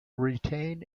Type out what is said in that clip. retain